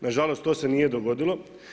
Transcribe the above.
Na žalost to se nije dogodilo.